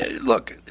Look